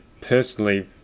personally